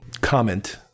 comment